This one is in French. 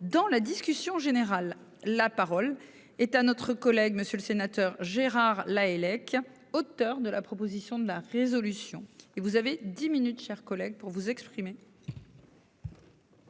dans la discussion générale. La parole est à notre collègue monsieur le sénateur Gérard Lahellec auteur de la proposition de la résolution. Et vous avez 10 minutes chers collègues pour vous exprimer.